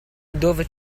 dove